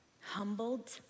humbled